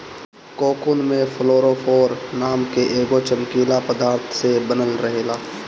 cocoon में fluorophore नाम के एगो चमकीला पदार्थ से बनल रहेला